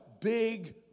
big